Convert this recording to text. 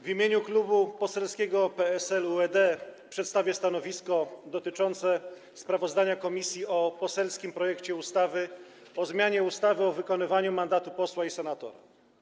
W imieniu Klubu Poselskiego PSL-UED przedstawię stanowisko dotyczące sprawozdania komisji o poselskim projekcie ustawy o zmianie ustawy o wykonywaniu mandatu posła i senatora.